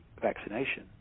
vaccination